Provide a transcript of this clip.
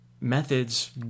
methods